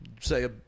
Say